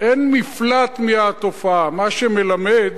אין מפלט מהתופעה, מה שמלמד